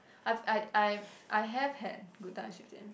I've I I've I have had good times with them